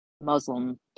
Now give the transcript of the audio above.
Muslim